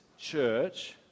church